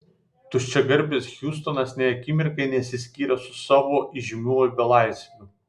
tuščiagarbis hiustonas nė akimirkai nesiskyrė su savo įžymiuoju belaisviu